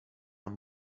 and